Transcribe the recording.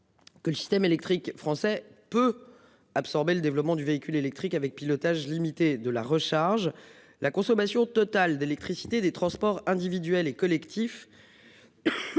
Que le système électrique français peut absorber le développement du véhicule électrique avec pilotage limitée de la recharge la consommation totale d'électricité des transports individuels et collectifs.